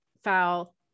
Foul